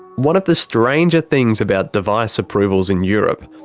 one of the stranger things about device approvals in europe,